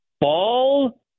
ball